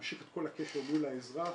להמשיך את כל הקשר מול האזרח,